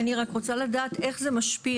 אני רק רוצה לדעת איך זה משפיע,